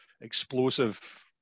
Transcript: explosive